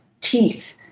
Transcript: teeth